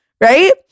Right